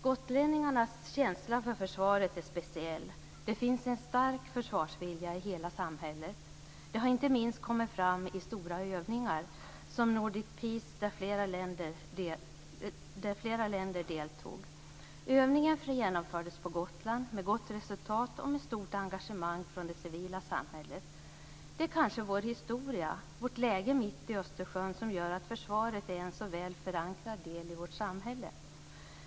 Gotlänningarnas känsla för försvaret är speciell. Det finns en stark försvarsvilja i hela samhället. Det har inte minst kommit fram i stora övningar, som Nordic Peace där flera länder deltog. Övningen genomfördes på Gotland med gott resultat och med stort engagemang från det civila samhället. Det är kanske vår historia, vårt läge mitt i Östersjön som gör att försvaret är en så väl förankrad del i vårt samhälle.